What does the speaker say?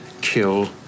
kill